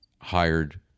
hired